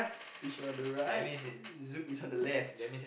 on the right Zouk is on the left